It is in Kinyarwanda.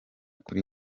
kuri